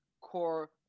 core